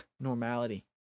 normality